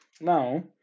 Now